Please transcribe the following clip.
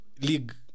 league